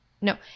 No